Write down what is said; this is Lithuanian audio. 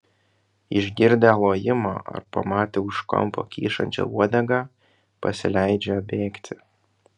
išgirdę lojimą ar pamatę už kampo kyšančią uodegą pasileidžia bėgti